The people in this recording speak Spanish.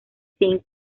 zinc